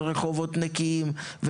רחובות נקיים,